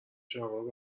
شلوارو